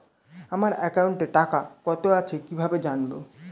আমার একাউন্টে টাকা কত আছে কি ভাবে জানবো?